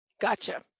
Gotcha